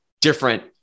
different